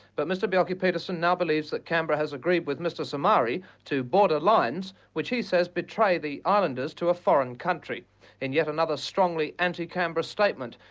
but mr bjelke-petersen now believes that canberra has agreed with mr somare to border lines, which he says betrayed the islanders to a foreign country and in yet another strongly anti-canberra statement,